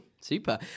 super